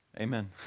Amen